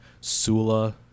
Sula